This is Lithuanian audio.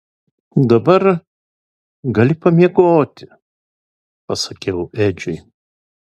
dabar gali pamiegoti pasakiau edžiui